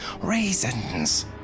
Raisins